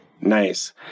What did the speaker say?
Nice